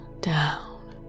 down